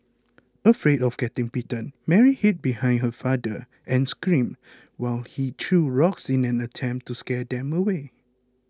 afraid of getting bitten Mary hid behind her father and screamed while he threw rocks in an attempt to scare them away